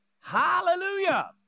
Hallelujah